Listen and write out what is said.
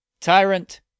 Tyrant